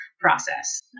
process